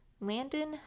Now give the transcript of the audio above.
Landon